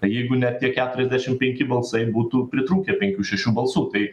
tai jeigu ne tie keturiasdešim penki balsai būtų pritrūkę penkių šešių balsų tai